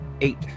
eight